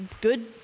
Good